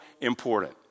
important